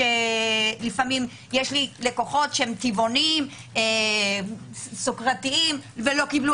יש לי לקוחות טבעוניים וסוכרתיים ולא קיבלו